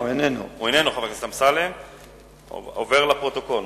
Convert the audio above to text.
הוא איננו, והתשובה עוברת לפרוטוקול.